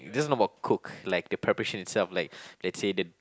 this not about cook like the preparation itself like let's say the